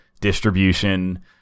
distribution